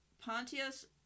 Pontius